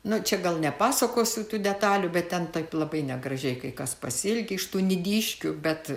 na čia gal nepasakosiu tų detalių bet ten taip labai negražiai kai kas pasielgia iš tų nidiškių bet